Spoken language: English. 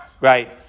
right